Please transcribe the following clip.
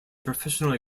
professionally